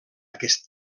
aquest